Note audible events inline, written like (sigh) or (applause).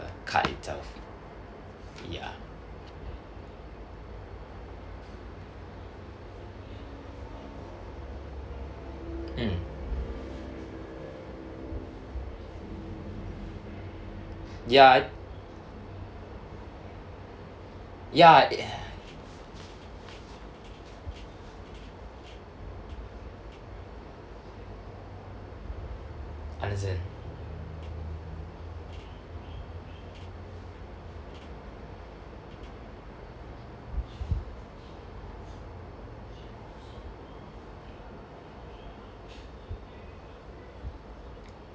card itself ya mm ya I ya it (breath) understand